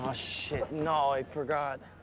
um shit, no, i forgot.